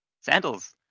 Sandals